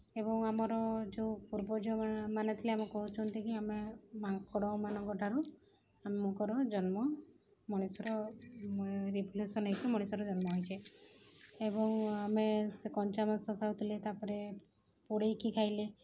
ଏବଂ ଆମର ଯେଉଁ ପୂର୍ବଜ ଯେଉଁମାନେ ଥିଲେ ଆମେ କହୁଛନ୍ତିକି ଆମେ ମାଙ୍କଡ଼ମାନଙ୍କଠାରୁ ଆମଙ୍କର ଜନ୍ମ ମଣିଷର ରିଭୋଲ୍ୟୁସନ୍ ହୋଇକି ମଣିଷର ଜନ୍ମ ହୋଇଛି ଏବଂ ଆମେ ସେ କଞ୍ଚା ମାଂସ ଖାଉଥିଲେ ତା'ପରେ ପୋଡ଼େଇକି ଖାଇଲେ